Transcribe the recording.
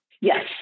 Yes